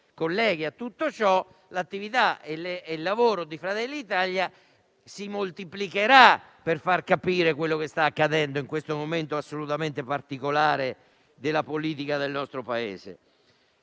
colleghi, l'attività e il lavoro di Fratelli d'Italia si moltiplicheranno per far capire quello che sta accadendo in questo momento assolutamente particolare della politica del nostro Paese.